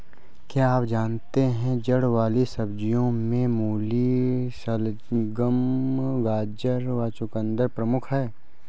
क्या आप जानते है जड़ वाली सब्जियों में मूली, शलगम, गाजर व चकुंदर प्रमुख है?